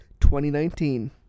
2019